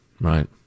right